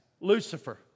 Lucifer